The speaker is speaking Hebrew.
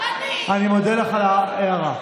אישה נאנסה בדרום תל אביב.